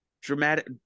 dramatic